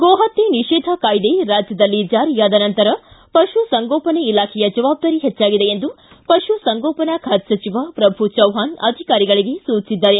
ಗೋಪತ್ಯೆ ನಿಷೇಧ ಕಾಯ್ದೆ ರಾಜ್ಯದಲ್ಲಿ ಜಾರಿಯಾದ ನಂತರ ಪಶುಸಂಗೋಪನೆ ಇಲಾಖೆಯ ಜವಾಬ್ದಾರಿ ಹೆಚ್ಚಾಗಿದೆ ಎಂದು ಪಶುಸಂಗೋಪನೆ ಖಾತೆ ಸಚಿವ ಪ್ರಭು ಚವ್ನಾಣ್ ಅಧಿಕಾರಿಗಳಿಗೆ ಸೂಚಿಸಿದ್ದಾರೆ